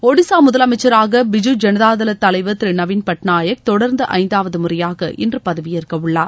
ஒடிஸா முதலமைச்சராக பிஜூ ஜனதாதள தலைவர் திரு நவீன் பட்நாயக் தொடர்ந்து ஐந்தாவது முறையாக இன்று பதவியேற்கவுள்ளார்